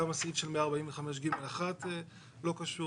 גם הסעיף של 124(ג)(1) לא קשור.